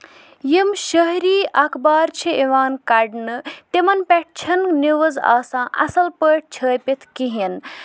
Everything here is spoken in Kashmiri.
یِم شہری اَخبار چھِ یِوان کَڑنہٕ تِمن پٮ۪ٹھ چھےٚ نہٕ نِؤز آسان اَصٕل پٲٹھۍ چھٲپَتھ کِہینۍ